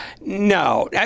No